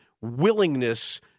willingness